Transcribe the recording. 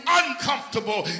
uncomfortable